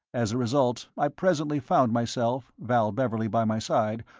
as a result, i presently found myself, val beverley by my side,